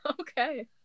okay